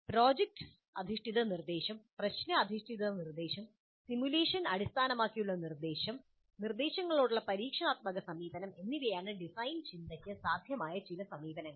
project അധിഷ്ഠിത നിർദ്ദേശം പ്രശ്ന അധിഷ്ഠിത നിർദ്ദേശം സിമുലേഷൻ അടിസ്ഥാനമാക്കിയുള്ള നിർദ്ദേശം നിർദ്ദേശങ്ങളോടുള്ള പരീക്ഷണാത്മക സമീപനം എന്നിവയാണ് ഡിസൈൻ ചിന്തയ്ക്ക് സാധ്യമായ ചില സമീപനങ്ങൾ